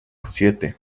siete